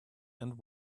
and